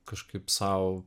kažkaip sau